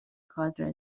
کادر